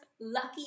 lucky